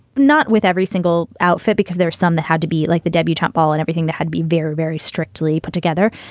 not with every single outfit, because there's some that had to be like the debutante ball and everything that had be very, very strictly put together.